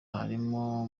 harimo